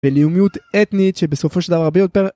בלאומיות אתנית שבסופו של דבר הרבה יותר.